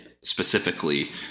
specifically